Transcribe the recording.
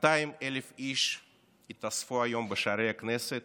200,000 איש התאספו היום בשערי הכנסת